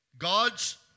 God's